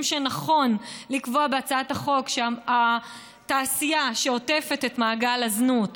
שנכון לקבוע בהצעת החוק שהתעשייה שעוטפת את מעגל הזנות,